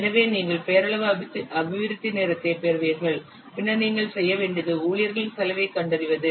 எனவே நீங்கள் பெயரளவிலான அபிவிருத்தி நேரத்தைப் பெறுவீர்கள் பின்னர் நீங்கள் செய்ய வேண்டியது ஊழியர்களின் செலவைக் கண்டறிவது